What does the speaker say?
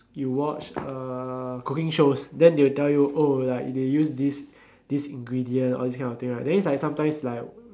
you watch uh cooking shows then they'll tell you oh like the used this this ingredient all this kind of thing right then is like sometimes like